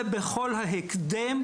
ובכל ההקדם,